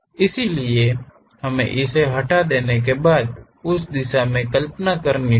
इसलिए हमें इसे हटाने के बाद उस दिशा में कल्पना करनी होगी